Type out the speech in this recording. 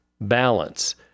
balance